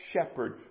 shepherd